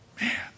Man